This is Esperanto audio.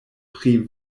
pri